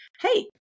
Hey